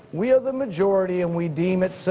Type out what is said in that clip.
we are the majority and we deem it so.